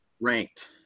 Ranked